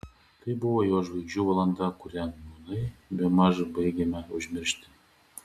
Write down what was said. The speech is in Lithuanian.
tai buvo jo žvaigždžių valanda kurią nūnai bemaž baigiame užmiršti